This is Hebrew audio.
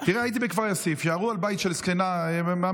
ירו על בית של זקנה מהמגזר,